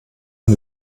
man